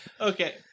okay